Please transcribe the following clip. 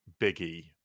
biggie